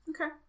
Okay